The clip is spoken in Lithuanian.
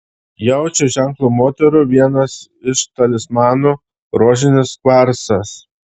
jaučio ženklo moterų vienas iš talismanų rožinis kvarcas